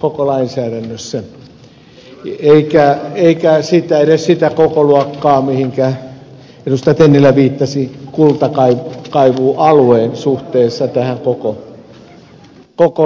koko lainsäädännössä eikä kullankaivualue ole edes sitä kokoluokkaa suhteessa koko tämän kansallispuiston laajuuteen kuten ed